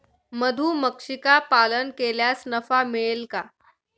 मधुमक्षिका पालन केल्यास नफा मिळेल का?